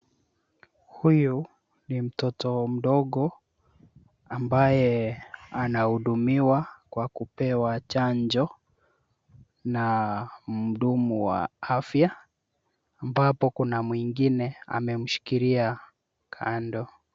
Huyu ni mtoto mdogo ambaye anahudumiwa kwa kupewa chanjo na mhudumu wa afya, ambapo kuna mwingine amemshikilia kando.